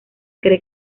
cree